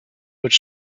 would